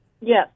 Yes